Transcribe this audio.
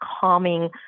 calming